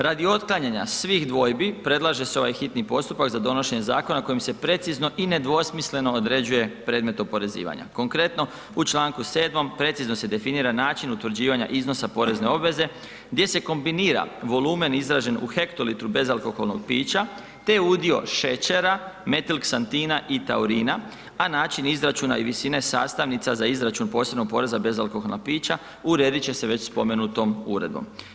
Radi otklanjanja svih dvojbi, predlaže se ovaj hitni postupak za donošenje zakona kojim se precizno i nedvosmisleno određuje predmet oporezivanja, konkretno u čl. 7. precizno se definira način utvrđivanja iznosa porezne obveze gdje se kombinira volumen izražen u hektolitru bezalkoholnog pića te udio šećera, metilksantina i taurina a način izračuna i visine sastavnica za izračun posebnog poreza bezalkoholnog pića uredit će se već spomenutom uredbom.